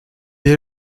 est